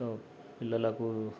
పిల్లలకు